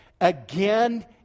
again